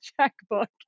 checkbook